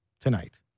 tonight